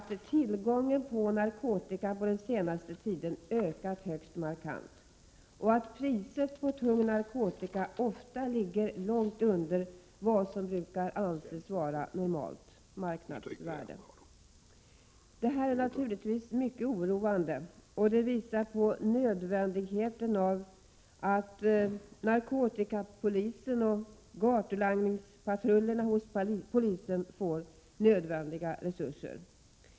Tillgången på narkotika har också ökat högst markant den senaste tiden, och priset på tung narkotika ligger ofta långt under vad som brukar anses vara normalt marknadsvärde. Detta är naturligtvis mycket oroande och visar på nödvändigheten av att narkotikapolisen och gatulangningspatrullerna hos polisen får nödvändiga resurser.